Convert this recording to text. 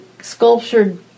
sculptured